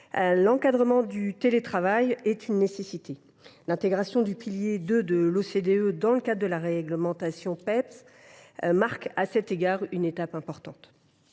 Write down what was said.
l’encadrement du télétravail est une nécessité. L’intégration du pilier 2 de l’OCDE dans le cadre de la réglementation Beps marque à cet égard une étape importante.